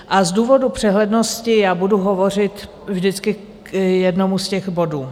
Z důvodu přehlednosti budu hovořit vždycky k jednomu z těch bodů.